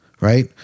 Right